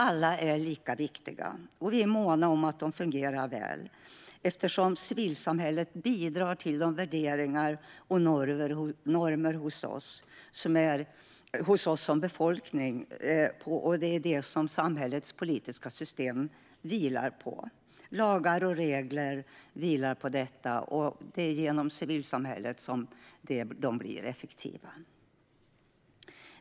Alla är lika viktiga och vi är måna om att de fungerar väl eftersom civilsamhället bidrar till de värderingar och normer hos oss i befolkningen som samhällets politiska system, lagar och regler vilar på, och det är genom civilsamhället som de blir effektiva.